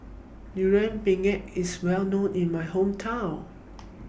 Durian Pengat IS Well known in My Hometown